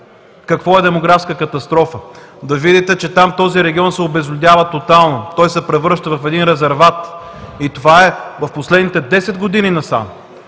какво е демографска катастрофа, да видите, че този регион се обезлюдява тотално, той се превръща в един резерват. И това е в последните десет години насам.